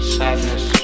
sadness